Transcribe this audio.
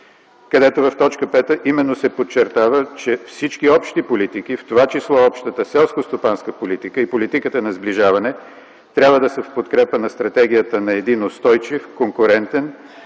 където в т. 5 именно се подчертава, че всички общи политики, в това число и общата селскостопанска политика и политиката на сближаване, трябва да са в подкрепа на стратегията на един устойчив, конкурентен,